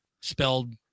spelled